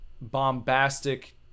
bombastic